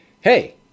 hey